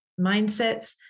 mindsets